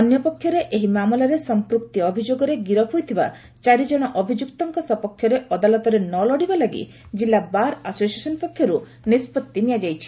ଅନ୍ୟପକ୍ଷରେ ଘଟଣାକ୍ରମରେ ଏହି ମାମଲାରେ ସଂପୃକ୍ତି ଅଭିଯୋଗରେ ଗିରଫ ହୋଇଥିବା ଚାରିଜଣ ଅଭିଯୁକ୍ତଙ୍କ ସପକ୍ଷରେ ଅଦାଲତରେ ନ ଲଢ଼ିବା ଲାଗି ଜିଲ୍ଲା ବାର୍ ଆସୋସିଏସନ୍ ପକ୍ଷରୁ ନିଷ୍ପଭି ନିଆଯାଇଛି